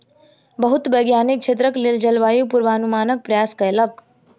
बहुत वैज्ञानिक क्षेत्रक लेल जलवायु पूर्वानुमानक प्रयास कयलक